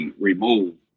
removed